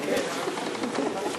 גברתי השרה,